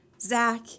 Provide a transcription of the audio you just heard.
Zach